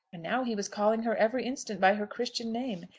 and now he was calling her every instant by her christian name,